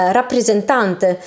rappresentante